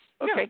Okay